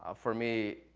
ah for me,